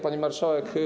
Pani Marszałek!